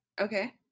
okay